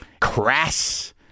crass